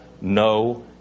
no